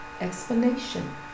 explanation